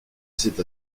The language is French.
c’est